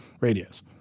radios